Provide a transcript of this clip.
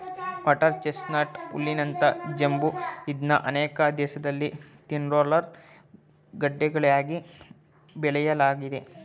water chestnut ಹುಲ್ಲಿನಂತ ಜಂಬು ಇದ್ನ ಅನೇಕ ದೇಶ್ದಲ್ಲಿ ತಿನ್ನಲರ್ಹ ಗಡ್ಡೆಗಳಿಗಾಗಿ ಬೆಳೆಯಲಾಗ್ತದೆ